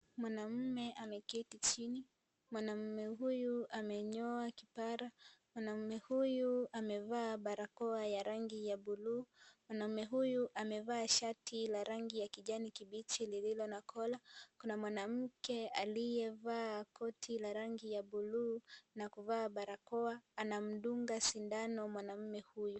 Mwanaume ameketi chini, mwanaume huyu amenyoa kipara, mwanaume huyu amevaa barakoa ya rangi ya buluu. Mwanaume huyu amevaa shati la rangi ya kijani kibichi lililo na kola. Kuna mwanamke aliyevaa koti la rangi ya buluu na kuvaa barakoa. Anamdunga sindano mwanaume huyu.